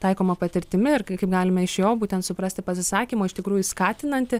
taikoma patirtimi ir kai kaip galime iš jo būtent suprasti pasisakymo iš tikrųjų skatinanti